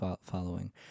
following